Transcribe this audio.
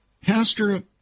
Pastor